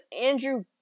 Andrew